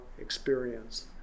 experience